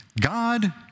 God